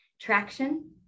traction